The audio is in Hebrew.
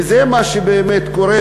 וזה מה שבאמת קורה,